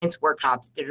workshops